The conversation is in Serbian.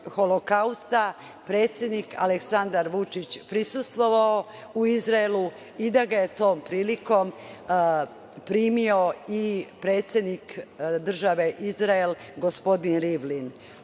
Holokausta predsednik Aleksandar Vučić prisustvovao u Izraelu i da ga je tom prilikom primio i predsednik države Izrael gospodin Rivlin. Naravno